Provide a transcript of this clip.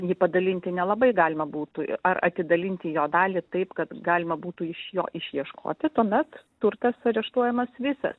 jį padalinti nelabai galima būtų i ar atidalinti jo dalį taip kad galima būtų iš jo išieškoti tuomet turtas areštuojamas visas